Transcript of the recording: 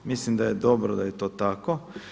Mislim da je dobro da je to tako.